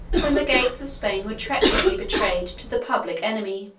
than the gates of spain were treacherously betrayed to the public enemy,